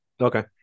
Okay